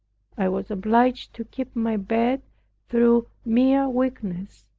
i was obliged to keep my bed through mere weakness,